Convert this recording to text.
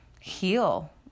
heal